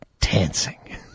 dancing